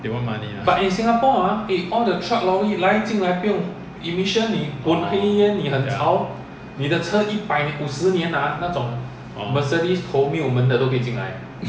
they want money lah orh ya orh